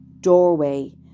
doorway